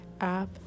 app